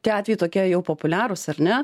tie atvejai tokie jau populiarūs ar ne